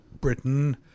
Britain